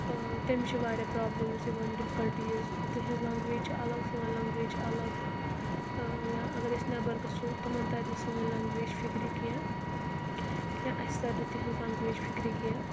تٔمِس چھ واریاہ پرابلمز یِوان ڈفکلٹیٖز تِہنٛز لنٛگویج چھِ الگ سٲنۍ لنٛگویج چھِ الگ یا اگر أسۍ نٮ۪بر گژھو تِمن ترِ نہٕ سٲنۍ لنٛگویج فکرِ کینٛہہ یا اسہِ ترِ نہٕ تِہنٛز لنٛگویج فکرِ کینٛہہ